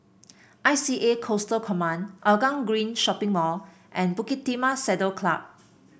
I C A Coastal Command Hougang Green Shopping Mall and Bukit Timah Saddle Club